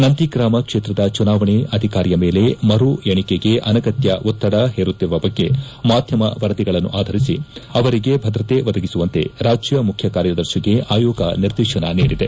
ನಂದಿಗ್ರಾಮ ಕ್ಷೇತ್ರದ ಚುನಾವಣಾ ಅಧಿಕಾರಿಯ ಮೇಲೆ ಮರು ಎಚೆಕೆಗೆ ಅನಗತ್ಯ ಒತ್ತದ ಹೇರುತ್ತಿರುವ ಬಗ್ಗೆ ಮಾಧ್ಯಮ ವರದಿಗಳನ್ನಾಧರಿಸಿ ಅವರಿಗೆ ಭದ್ರತ ಒದಗಿಸುವಂತೆ ರಾಜ್ಯ ಮುಖ್ಯ ಕಾರ್ಯದರ್ಶಿಗೆ ಅಯೋಗ ನಿರ್ದೇಶನ ನೀಡಿದೆ